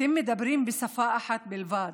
אתם מדברים בשפה אחת בלבד: